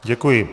Děkuji.